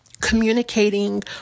communicating